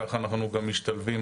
וככה אנחנו גם משתלבים,